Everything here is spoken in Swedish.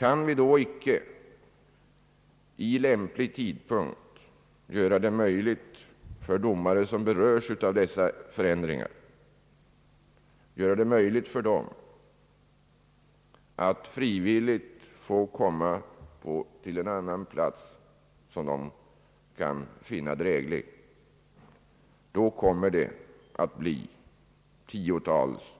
Om vi då icke vid lämplig tidpunkt kan göra det möjligt för domare som berörs av dessa förändringar att frivilligt flytta till en annan plats som de kan finna dräglig, kommer det att bli tiotals